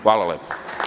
Hvala lepo.